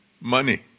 money